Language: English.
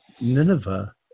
Nineveh